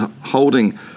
holding